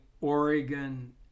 Oregon